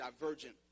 divergent